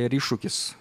ir iššūkis